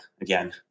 again